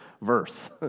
verse